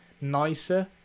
nicer